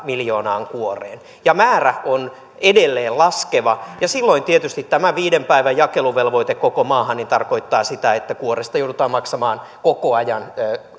miljoonaan kuoreen ja määrä on edelleen laskeva silloin tietysti tämä viiden päivän jakeluvelvoite koko maahan tarkoittaa sitä että kuoresta joudutaan maksamaan koko ajan